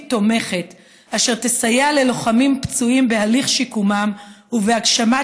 תומכת אשר תסייע ללוחמים פצועים בהליך שיקומם ובהגשמת